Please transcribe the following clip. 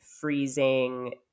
freezing